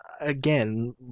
Again